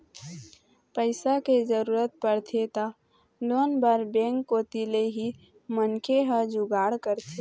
पइसा के जरूरत परथे त लोन बर बेंक कोती ले ही मनखे ह जुगाड़ करथे